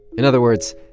in other words,